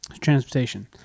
Transportation